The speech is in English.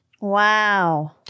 Wow